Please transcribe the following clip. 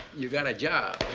you got a job!